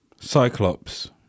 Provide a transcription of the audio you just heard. Cyclops